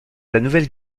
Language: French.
nouvelle